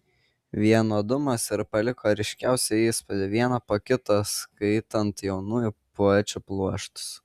vienodumas ir paliko ryškiausią įspūdį vieną po kito skaitant jaunųjų poečių pluoštus